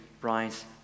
rise